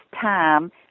time